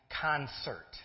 concert